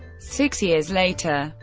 six years later,